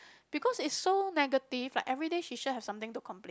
because is so negative like everyday she sure have something to complain